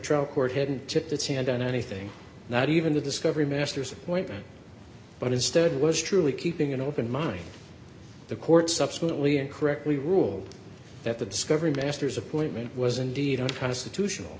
trial court hadn't took the stand on anything not even the discovery master's appointment but instead was truly keeping an open mind the court subsequently and correctly ruled that the discovery master's appointment was indeed unconstitutional